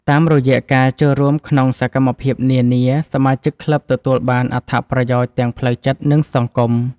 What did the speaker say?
តាមរយៈការចូលរួមក្នុងសកម្មភាពនានា សមាជិកក្លឹបទទួលបានអត្ថប្រយោជន៍ទាំងផ្លូវចិត្ត និងសង្គម។